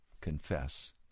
confess